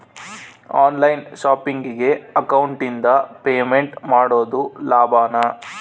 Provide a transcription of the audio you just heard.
On line ಶಾಪಿಂಗಿಗೆ ಅಕೌಂಟಿಂದ payment ಮಾಡೋದು ಲಾಭಾನ?